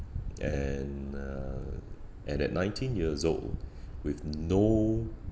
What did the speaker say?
and uh and at nineteen years old with no